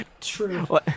true